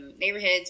neighborhoods